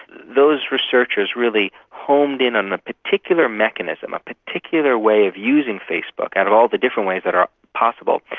those researchers really homed in on the particular mechanism, a particular way of using facebook out of all the different ways that are possible,